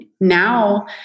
now